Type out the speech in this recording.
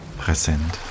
präsent